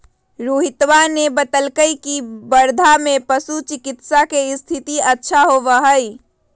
रोहितवा ने बतल कई की वर्धा में पशु चिकित्सा के स्थिति अच्छा होबा हई